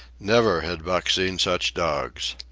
never had buck seen such dogs.